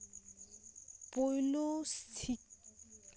ᱯᱳᱭᱞᱳ ᱥᱤᱠ